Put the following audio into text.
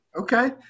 Okay